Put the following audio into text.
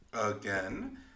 Again